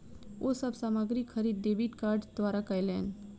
ओ सब सामग्री खरीद डेबिट कार्ड द्वारा कयलैन